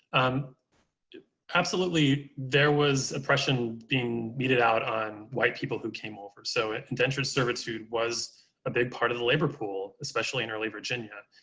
um absolutely, there was oppression being meted out on white people who came over. so and indentured servitude was a big part of the labor pool, especially in early virginia.